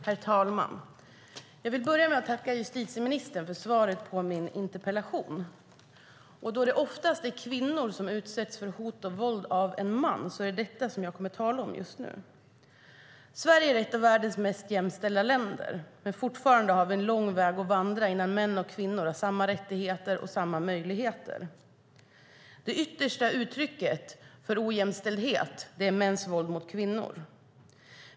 Herr talman! Jag börjar med att tacka justitieministern för svaret på min interpellation. Då det oftast är kvinnor som utsätts för hot och våld av en man är det detta som jag kommer att tala om nu. Sverige är ett av världens mest jämställda länder. Men vi har fortfarande en lång väg att vandra innan män och kvinnor har samma rättigheter och samma möjligheter. Det yttersta uttrycket för ojämställdhet är mäns våld mot kvinnor.